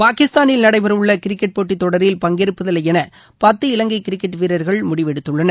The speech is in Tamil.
பாகிஸ்தானில் நடைபெறவுள்ள கிரிக்கெட் போட்டித் தொடரில் பங்கேற்பதில்லையெள பத்து இலங்கை கிரிக்கெட் வீரர்கள் முடிவெடுத்துள்ளனர்